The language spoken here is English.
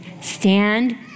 Stand